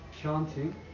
chanting